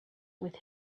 with